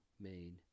made